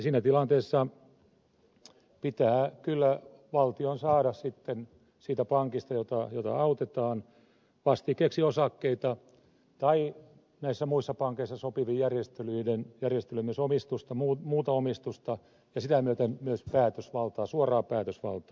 siinä tilanteessa pitää kyllä valtion saada sitten siitä pankista jota autetaan vastikkeeksi osakkeita tai näissä muissa pankeissa sopivin järjestelyin myös muuta omistusta ja sitä myöten myös päätösvaltaa suoraa päätösvaltaa